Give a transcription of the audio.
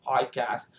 podcast